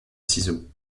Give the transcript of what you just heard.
ciseaux